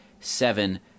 Seven